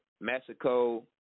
Mexico